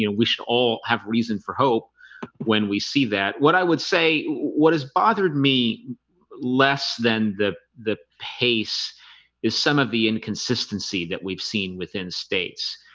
you know we should all have reason for hope when we see that what i would say what has bothered me less than the the pace is some of the inconsistency that we've seen within states